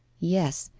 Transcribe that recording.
yes,